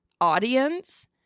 audience